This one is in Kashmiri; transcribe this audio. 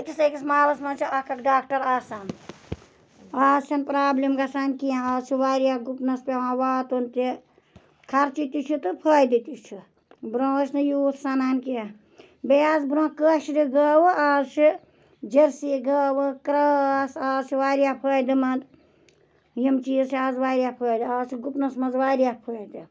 أکِس أکِس مَحلَس مَنٛز چھُ اکھ اکھ ڈاکٹر آسان آز چھَنہٕ پرابلِم گَژھان کینٛہہ آز چھ واریاہ گُپنَس پیٚوان واتُن کہ خَرچہِ تہِ چھُ تہٕ فٲیدٕ تہِ چھُ برونٛہہ ٲسۍ نہٕ یوٗت سَنان کینٛہہ بیٚیہِ آسہٕ برونٛہہ کٲشرٕ گٲوٕ آز چھِ جرسی گٲوٕ کراس آز چھ واریاہ فٲیدٕ مَنٛد یِم چیٖز چھ آز واریاہ فٲیدٕ آز چھ گُپنَس مَنٛز واریاہ فٲیدٕ